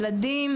ילדים,